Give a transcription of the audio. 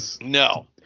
No